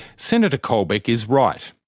senator colbeck is right.